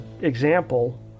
example